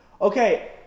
Okay